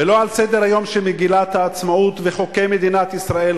ולא על סדר-היום של מגילת העצמאות וחוקי מדינת ישראל,